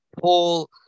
Paul